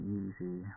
easy